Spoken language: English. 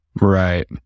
Right